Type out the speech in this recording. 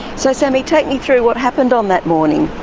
so sammy, take me through what happened on that morning?